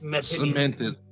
cemented